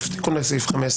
תיקון לסעיף 15